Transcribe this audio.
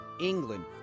England